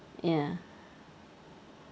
ya